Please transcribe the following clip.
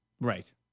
Right